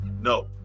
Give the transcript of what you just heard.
No